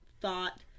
thought